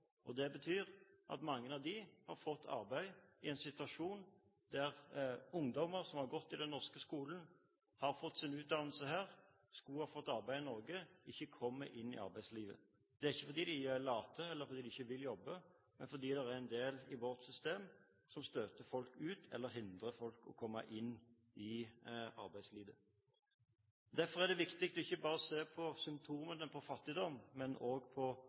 Det betyr at mange av dem har fått arbeid i en situasjon der ungdom som har gått i den norske skolen, har fått sin utdannelse her og skulle ha fått arbeid i Norge, ikke kommer inn i arbeidslivet. Det er ikke fordi de er late eller ikke vil jobbe, men fordi det er en del i vårt system som støter folk ut av eller hindrer folk i å komme inn i arbeidslivet. Derfor er det viktig ikke bare å se på symptomene på fattigdom, men også på